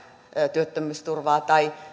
työttömyysturvaa tai